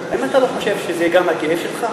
האם אתה לא חושב שזה גם הכאב שלך?